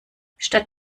statt